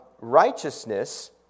Righteousness